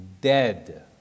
dead